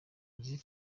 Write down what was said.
azi